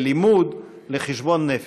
ללימוד, לחשבון נפש.